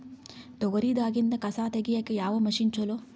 ತೊಗರಿ ದಾಗಿಂದ ಕಸಾ ತಗಿಯಕ ಯಾವ ಮಷಿನ್ ಚಲೋ?